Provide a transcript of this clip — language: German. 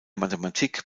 mathematik